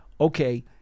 okay